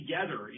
together